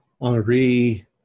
Henri